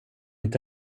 inte